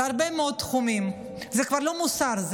בהרבה מאוד תחומים זה כבר לא מוסר,